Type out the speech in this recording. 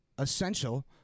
Essential